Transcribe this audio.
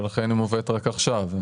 ולכן היא מובאת רק עכשיו.